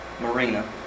marina